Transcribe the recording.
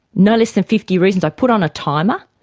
no less than fifty reasons. i put on a timer.